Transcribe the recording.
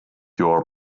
your